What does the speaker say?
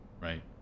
right